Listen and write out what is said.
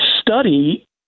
study